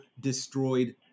destroyed